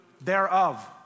thereof